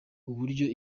uburyo